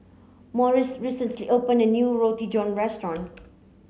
Morris recently opened a new Roti John restaurant